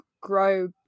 grow